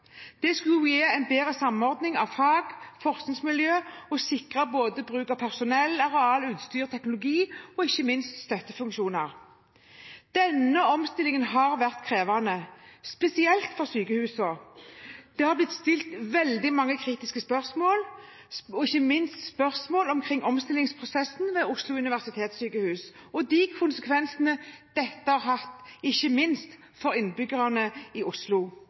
Det skulle gi en bedre samordning av fag- og forskningsmiljø og sikre bruk av personell, areal, utstyr, teknologi og ikke minst støttefunksjoner. Denne omstillingen har vært krevende, spesielt for sykehusene. Det har blitt stilt veldig mange kritiske spørsmål – ikke minst spørsmål omkring omstillingsprosessen ved Oslo universitetssykehus og de konsekvensene dette har hatt ikke minst for innbyggerne i Oslo.